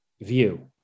view